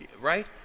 Right